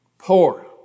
Poor